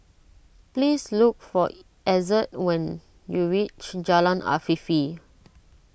please look for Ezzard when you reach Jalan Afifi